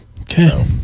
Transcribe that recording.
Okay